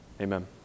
Amen